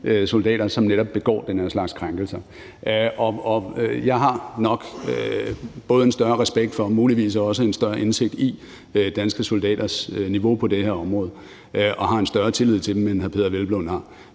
som netop begår den her slags krænkelser. Og jeg har nok både en større respekt for og muligvis også en større indsigt i danske soldaters niveau på det her område og har en større tillid til dem, end hr. Peder Hvelplund har.